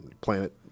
planet